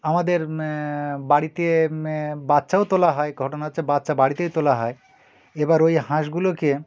আমাদের বাড়িতে বাচ্চাও তোলা হয় ঘটনা হচ্ছে বাচ্চা বাড়িতেই তোলা হয় এবার ওই হাঁসগুলোকে